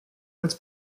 als